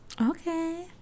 Okay